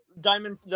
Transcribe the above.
Diamond